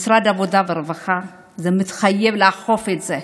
משרד העבודה והרווחה, זה מתחייב לאכוף את זה,